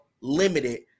limited